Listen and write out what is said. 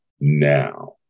now